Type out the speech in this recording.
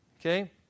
Okay